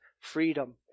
freedom